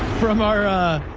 from our,